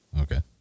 Okay